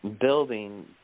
building